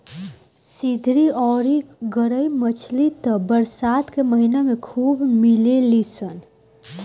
सिधरी अउरी गरई मछली त बरसात के महिना में खूब मिलेली सन